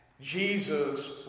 Jesus